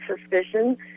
suspicion